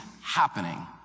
happening